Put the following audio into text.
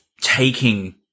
taking